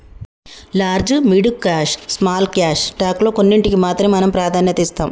large mid cash small cash stock లో కొన్నింటికీ మాత్రమే మనం ప్రాధాన్యత ఇస్తాం